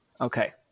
Okay